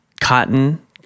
Cotton